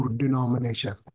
denomination